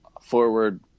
forward